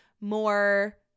more